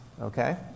Okay